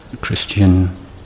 Christian